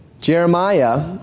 Jeremiah